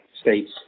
States